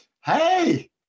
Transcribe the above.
hey